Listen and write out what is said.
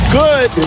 good